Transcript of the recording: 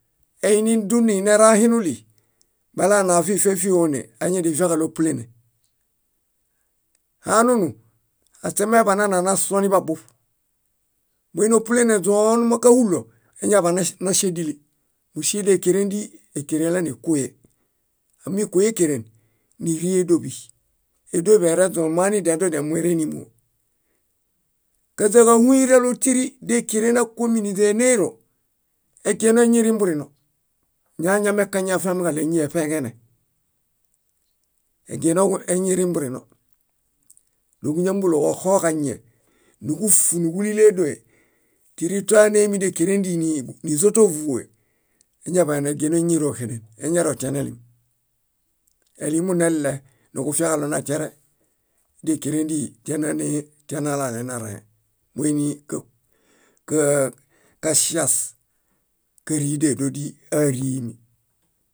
. Einiduninera hinuli, balaona fife fíhione añidifiaġaɭo ópulene. Hanunu, aśe maeḃanananasuo niḃabuṗ. Muini ópulene źoon mókahulo eñaḃa- noŝedili. Múŝedekerẽdii ékeren elanekuoye. Ámikuoyekeren, níriedoḃi. Édoḃi ereźon moanidiadodia móeinimoo. Kádiaġahuyeralo tíri dékeren ákuomi níźanineelo, egieno eñirimburino. Ñoañamekañẽafiamiġaɭo éñi eṗeeġene, egieno eñirimburino. Múġuñamboloġoxoġañie núġuffuniġulileedoe, tíritoanemidekerẽdii nízoto vúe, eñaḃaan egieno eñiroxeden. Eñarotianelim, elimonelle. Nuġufiaġaɭo natiare, dékerẽdii tíananee, tiarenalalenarẽe. Moinikaŝia káridedodii áriimi.